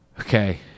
Okay